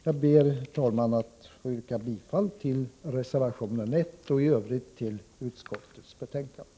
Jag ber, herr talman, att få yrka bifall till reservation 1 och i övrigt till utskottets hemställan.